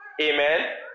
Amen